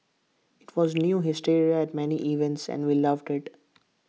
IT was near hysteria at many events and we loved IT